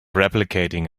replicating